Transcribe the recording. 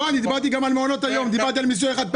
שאלת גם בנושא של --- וקיבלת תשובה.